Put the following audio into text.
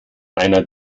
einer